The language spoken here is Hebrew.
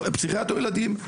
פסיכיאטר ילדים,